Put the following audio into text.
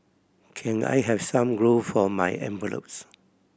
can I have some glue for my envelopes